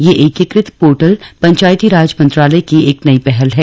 यह एकीकृत पोर्टल पंचायती राज मंत्रालय की एक नई पहल है